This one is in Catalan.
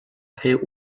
fer